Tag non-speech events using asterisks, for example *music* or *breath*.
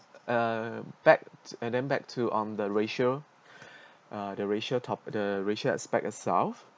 uh back and then back to on the ratio *breath* uh the ratio top~ the ratio aspect itself